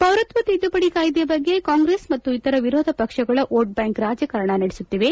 ಪೌರತ್ವ ತಿದ್ದುಪಡಿ ಕಾಯ್ದೆಯ ಬಗ್ಗೆ ಕಾಂಗ್ರೆಸ್ ಮತ್ತು ಇತರ ವಿರೋಧ ಪಕ್ಷಗಳು ಓಟ್ಬ್ಯಾಂಕ್ ರಾಜಕಾರಣ ನಡೆಸುತ್ತಿವೆ